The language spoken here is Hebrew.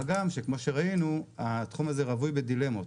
מה גם, שכמו שראינו, התחום הזה רווי בדילמות,